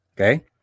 okay